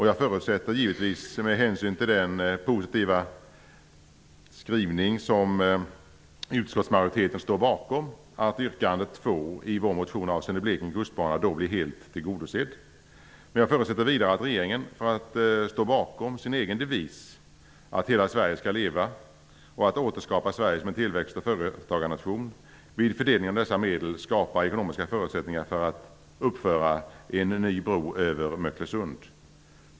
Jag förutsätter givetvis med hänsyn till den positiva skrivning som utskottsmajoriteten står bakom att yrkande 2 i vår motion avseende Blekinge kustbana då blir helt tillgodosedd. Jag förutsätter vidare att regeringen för att stå bakom sin egen devis att hela Sverige skall leva och för att återskapa Sverige som en tillväxt och företagarnation vid fördelningen av dessa medel skapar ekonomiska förutsättningar för att uppföra en ny bro över Möcklösund.